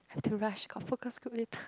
I have to rush got four class group later